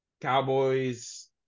Cowboys